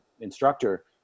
instructor